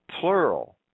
plural